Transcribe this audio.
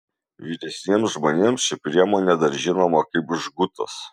vyresniems žmonėms ši priemonė dar žinoma kaip žgutas